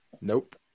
Nope